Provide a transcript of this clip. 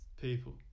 people